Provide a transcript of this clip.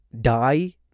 die